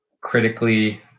critically